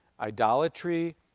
idolatry